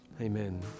amen